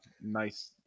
nice